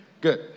Good